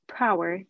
power